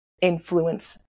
influence